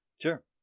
Sure